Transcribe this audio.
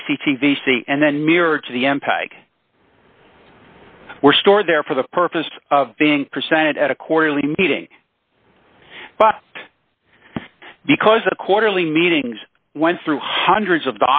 j c t v c and then mirrored to the mpeg were stored there for the purpose of being presented at a quarterly meeting but because the quarterly meetings went through hundreds of